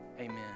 Amen